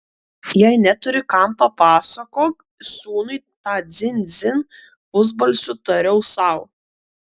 jei neturi kam papasakok sūnui tą dzin dzin pusbalsiu tariau sau